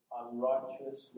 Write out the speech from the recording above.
unrighteous